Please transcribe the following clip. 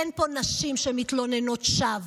אין פה נשים שמתלוננות תלונת שווא.